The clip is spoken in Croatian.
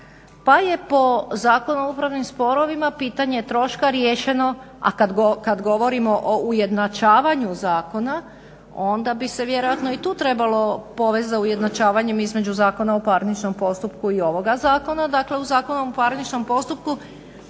Pa je po Zakonu o upravni sporovima pitanje troška riješeno, a kad govorimo o ujednačavanju zakona, onda bi se vjerojatno i tu trebalo povest za ujednačavanjem između Zakona o parničnom postupku i ovoga Zakona.